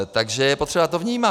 Takže je potřeba to vnímat.